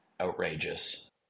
outrageous